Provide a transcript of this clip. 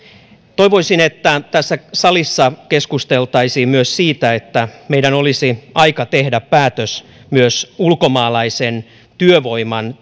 toivoisin että tässä salissa keskusteltaisiin myös siitä että meidän olisi aika tehdä päätös ulkomaalaisen työvoiman